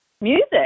music